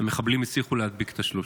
המחבלים הצליחו להדביק את השלושה.